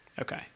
okay